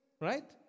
Right